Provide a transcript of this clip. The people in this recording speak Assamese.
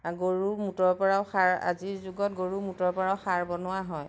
গৰু মুটৰ পৰাও সাৰ আজিৰ যুগত গৰুৰ মুটৰ পৰাও সাৰ বনোৱা হয়